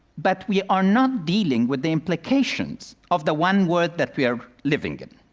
but we are not dealing with the implications of the one world that we are living in.